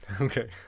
Okay